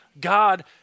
God